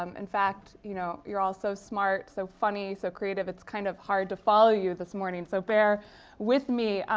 um in fact, you know you're all so smart, so funny, so creative, it's kind of hard to follow you this morning. so bear with me.